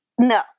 no